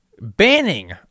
banning